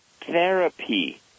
therapy